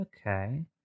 okay